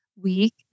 week